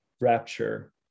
rapture